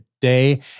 day